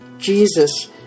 Jesus